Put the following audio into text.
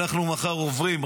אנחנו מחר עוברים,